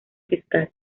fiscal